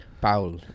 paul